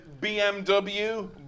BMW